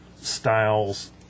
Styles